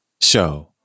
Show